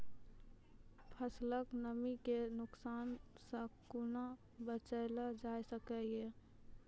फसलक नमी के नुकसान सॅ कुना बचैल जाय सकै ये?